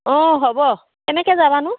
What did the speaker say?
অঁ হ'ব কেনেকৈ যাবানো